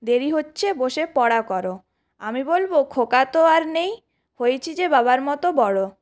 দেরি হচ্ছে বসে পড়া করো আমি বলবো খোকা তো আর নেই হয়েছি যে বাবার মতো বড়ো